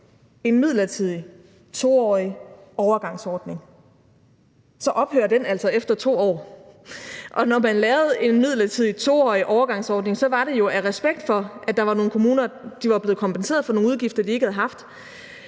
en midlertidig 2-årig overgangsordning, ophører den altså efter 2 år, og når man lavede en midlertidig 2-årig overgangsordning, var det jo af respekt for, at der var nogle kommuner, der var blevet kompenseret for nogle udgifter, som de ikke havde haft,